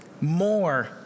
more